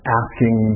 asking